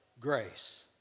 grace